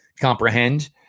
comprehend